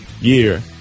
year